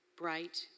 bright